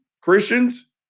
Christians